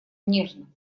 нежно